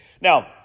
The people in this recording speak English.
Now